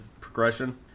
progression